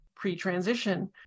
pre-transition